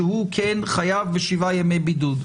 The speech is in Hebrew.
שהוא כן חייב בשבעה ימי בידוד.